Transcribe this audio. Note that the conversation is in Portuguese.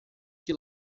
que